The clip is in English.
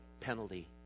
penalty